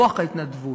רוח ההתנדבות,